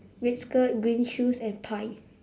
red skirt green shoes and pie